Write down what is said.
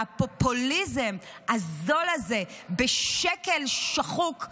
והפופוליזם הזול הזה בשקל שחוק,